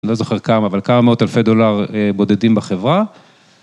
לא זוכר כמה, אבל כמה מאות אלפי דולר בודדים בחברה.